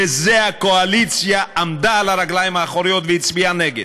לזה הקואליציה עמדה על הרגליים האחוריות והצביעה נגד,